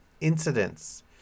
...incidents